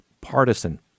partisan